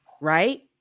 right